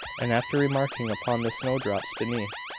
and after remarking upon the snowdrops beneath,